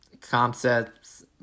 concepts